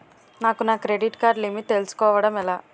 నాకు నా credit card limit తెలుసుకోవడం ఎలా?